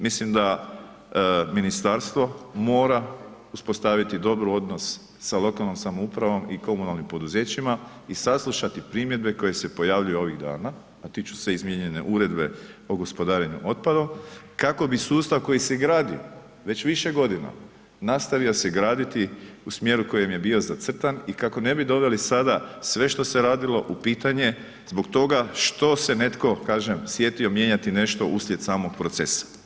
Mislim da ministarstvo mora uspostaviti dobar odnos sa lokalnom samoupravom i komunalnim poduzećima i saslušati primjedbe koje se pojavljuju ovih dana, a tiču se izmijenjene uredbe o gospodarenju otpadom kako bi sustav koji se gradi već više godina nastavio se graditi u smjeru u kojem je bio zacrtan i kako ne bi doveli sada sve što se radilo u pitanje zbog toga što se netko kažem sjetio mijenjati nešto uslijed samog procesa.